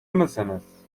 mısınız